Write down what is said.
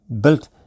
built